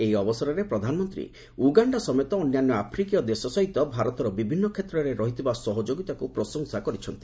ଏହି ଅବସରରେ ପ୍ରଧାନମନ୍ତ୍ରୀ ଉଗାଣ୍ଡା ସମେତ ଅନ୍ୟାନ୍ୟ ଆଫ୍ରିକୀୟ ଦେଶ ସହିତ ଭାରତର ବିଭିନ୍ନ କ୍ଷେତ୍ରରେ ରହିଥିବା ସହଯୋଗୀତାକୁ ପ୍ରଶଂସା କରିଛନ୍ତି